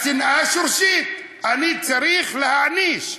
השנאה שורשית, אני צריך להעניש.